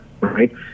right